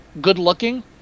good-looking